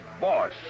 boss